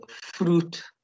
fruit